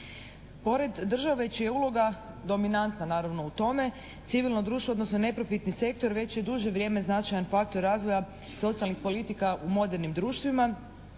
Pored države čija je uloga dominantna, naravno, u tome civilno društvo, odnosno neprofitni sektor već je duže vrijeme značajan faktor razvoja socijalnih politika u modernim društvima.